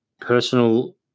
personal